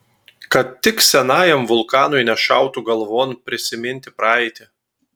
kad tik senajam vulkanui nešautų galvon prisiminti praeitį